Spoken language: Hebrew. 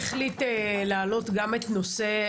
החליט להעלות גם את נושא,